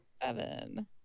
seven